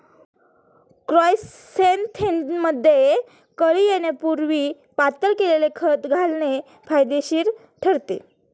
क्रायसॅन्थेमममध्ये कळी येण्यापूर्वी पातळ केलेले खत घालणे फायदेशीर ठरते